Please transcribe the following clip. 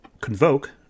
Convoke